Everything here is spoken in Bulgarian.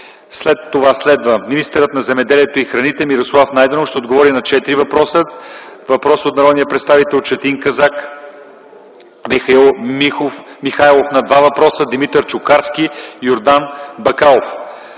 Следва Министърът на земеделието и храните Мирослав Найденов ще отговори на четири въпроса. Въпрос от народния представител Четин Казак, Михаил Михайлов на два въпроса, Димитър Чукарски, Йордан Бакалов.